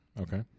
okay